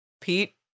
Pete